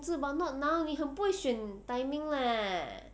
我要投资 but not now 你很不会选 timing leh